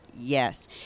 yes